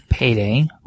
Payday